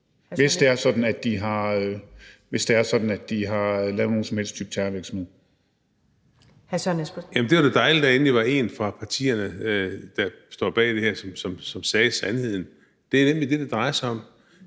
Espersen. Kl. 23:57 Søren Espersen (DF): Jamen det var da dejligt, at der endelig var en fra partierne, der står bag det her, som sagde sandheden. Det er nemlig det, det drejer sig om.